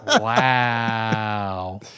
Wow